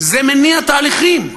זה מניע תהליכים.